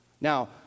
Now